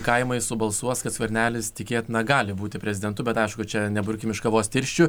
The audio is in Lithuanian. kaimai subalsuos kad skvernelis tikėtina gali būti prezidentu bet aišku čia neburkim iš kavos tirščių